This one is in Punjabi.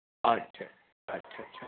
ਅੱਛਾ ਅੱਛਾ